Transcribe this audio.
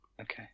okay